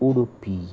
उडपी